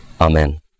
Amen